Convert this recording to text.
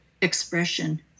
expression